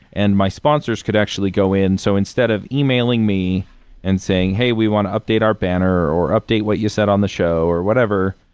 and my sponsors could actually go in. so, instead of emailing me and saying, hey, we want to update our banner or update what you said on the show, or whatever,